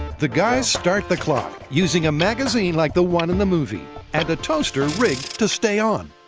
the guys start the clock using a magazine like the one in the movie and a toaster rigged to stay on.